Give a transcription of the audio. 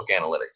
analytics